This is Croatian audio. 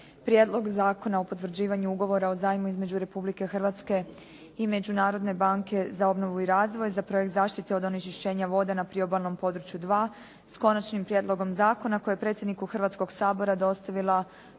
Prijedlog Zakona o potvrđivanju ugovora o zajmu između Republike Hrvatske i Međunarodne banke za obnovu i razvoj za projekt Zaštite od onečišćenja vode na priobalnom području 2 s Konačnim prijedlogom zakona koji je predsjedniku Hrvatskog sabora dostavila